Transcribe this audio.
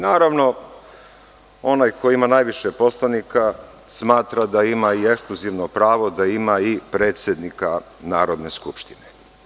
Naravno, onaj ko ima najviše poslanika smatra da ima i ekskluzivno pravo da ima i predsednika Narodne skupštine.